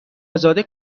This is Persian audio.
ازاده